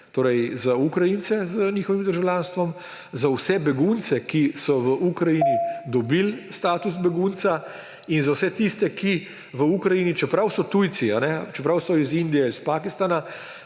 torej za Ukrajince z njihovim državljanstvom, za vse begunce, ki so v Ukrajini dobili status begunca, in za vse tiste, ki v Ukrajini, čeprav so tujci, čeprav so iz Indije, Pakistana,